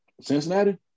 Cincinnati